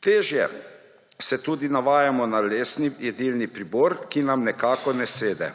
Težje se tudi navajamo na lesni jedilni pribor, ki nam nekako ne sede.